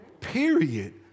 Period